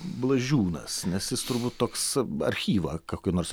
blažiūnas nes jis turbūt toks archyvą kurį nors